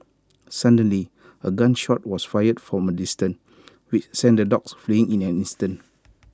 suddenly A gun shot was fired from A distance which sent the dogs fleeing in an instant